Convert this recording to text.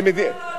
לא לא לא לא.